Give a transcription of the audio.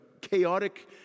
chaotic